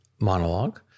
monologue